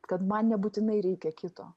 kad man nebūtinai reikia kito